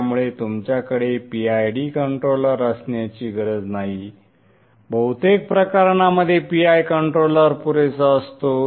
त्यामुळे तुमच्याकडे PID controller असण्याची गरज नाही बहुतेक प्रकरणांमध्ये PI कंट्रोलर पुरेसा असतो